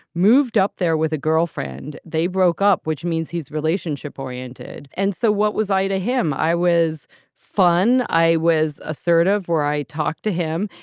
moved up there with a girlfriend. they broke up, which means he's relationship oriented. and so what was i to him? i was fun. i was assertive where i talked to him.